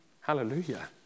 Hallelujah